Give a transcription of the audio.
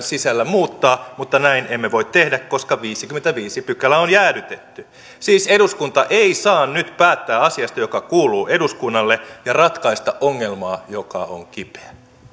sisällä muuttaa mutta näin emme voi tehdä koska viideskymmenesviides pykälä on jäädytetty siis eduskunta ei saa nyt päättää asiasta joka kuuluu eduskunnalle ja ratkaista ongelmaa joka on kipeä